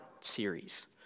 series